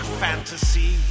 fantasy